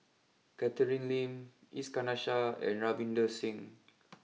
Catherine Lim Iskandar Shah and Ravinder Singh